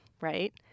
right